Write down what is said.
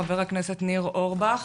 חבר הכנסת ניר אורבך,